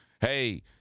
hey